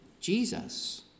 Jesus